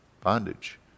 bondage